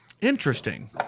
Interesting